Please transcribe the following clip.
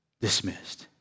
dismissed